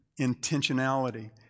intentionality